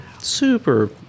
super